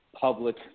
public